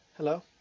Hello